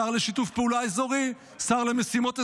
שר לשיתוף פעולה אזורי, שר למשימות אזוריות,